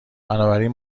بنابراین